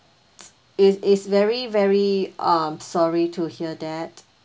it is very very um sorry to hear that